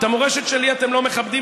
את המורשת שלי אתם לא מכבדים,